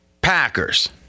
Packers